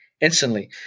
instantly